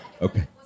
Okay